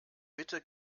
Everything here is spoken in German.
bitte